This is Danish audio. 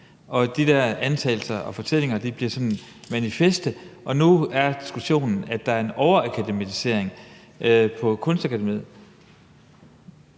og de der antagelser og fortællinger bliver sådan manifeste, og nu er det det, at der er en overakademisering på Kunstakademiet.